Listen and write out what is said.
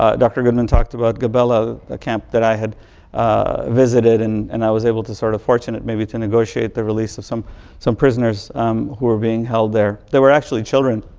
ah doctor goodman talked about gabela, the camp that i had visited, and and i was able to sort of fortunate, maybe to negotiate the release of some some prisoners who were being held there. they were actually children.